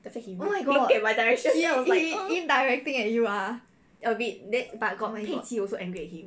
oh my god indirecting at you ah !huh! oh my god